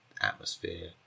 atmosphere